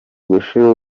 gushira